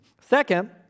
Second